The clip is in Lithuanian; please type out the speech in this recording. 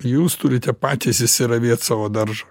jūs turite patys išsiravėt savo daržą